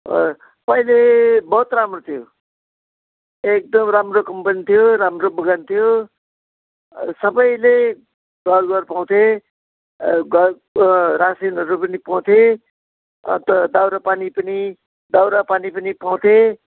अँ पहिले बहुत राम्रो थियो एकदम राम्रो कम्पनी थियो राम्रो पगार थियो सबैले घर घर पाउँथे घर रासिनहरू पनि पाउँथे अन्त दाउरा पानी पनि दाउरा पानी पनि पाउँथे